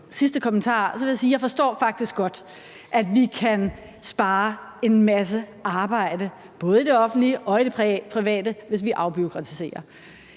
sidste kommentar vil jeg sige, at jeg faktisk godt forstår, at vi kan spare en masse arbejde, både i det offentlige og i det private, hvis vi afbureaukratiserer.